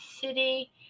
city